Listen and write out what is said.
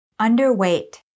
Underweight